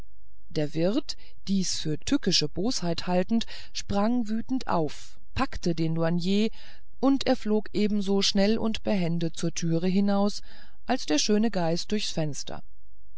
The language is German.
der wirt dies für tückische bosheit haltend sprang wütend auf packte den douanier und er flog ebenso schnell und behende zur türe hinaus als der schöne geist durchs fenster